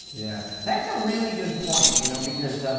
yeah, that's a really good point you know, because,